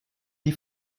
die